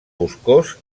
boscós